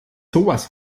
sowas